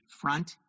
front